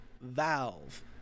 Valve